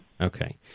Okay